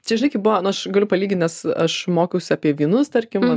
čia žinai kaip buvo na aš guliu palygint aš mokiausi apie vynus tarkim